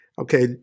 Okay